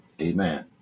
Amen